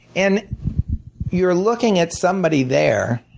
and you're looking at somebody there